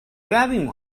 grabbing